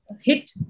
hit